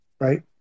right